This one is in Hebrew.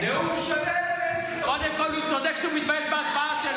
הוא לא נותן לו לדבר.